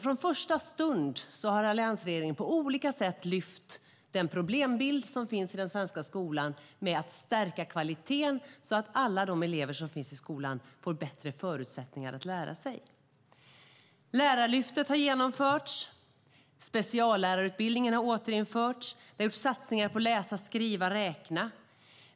Från första stund har alliansregeringen på olika sätt lyft upp den problembild som finns i den svenska skolan för att stärka kvaliteten så att alla de elever som finns i skolan får bättre förutsättningar att lära sig. Lärarlyftet har genomförts, speciallärarutbildningen har återinförts och det har gjorts satsningar på läsa-skriva-räkna.